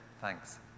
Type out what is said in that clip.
Thanks